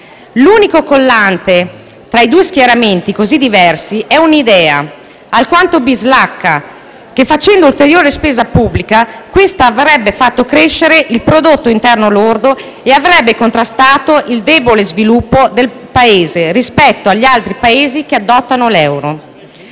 L'unico collante tra i due schieramenti così diversi è stata l'idea, alquanto bislacca, che, facendo ulteriore spesa pubblica, questa avrebbe fatto crescere il prodotto interno lordo e contrastato il debole sviluppo del Paese rispetto agli altri Paesi che adottano l'euro.